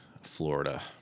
Florida